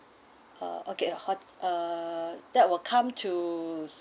uh okay hot~ uh that will come to